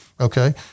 Okay